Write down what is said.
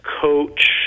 coach